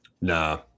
Nah